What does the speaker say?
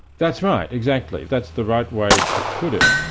that's right, exactly. that's the right way to put it.